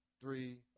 three